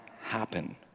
happen